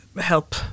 help